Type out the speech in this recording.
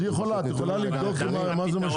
אז את יכולה לבדוק במה זה משפיע?